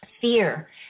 fear